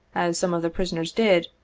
as some of the prisoners did,